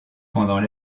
pendant